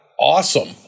awesome